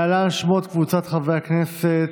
להלן שמות קבוצות חברי הכנסת.